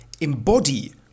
embody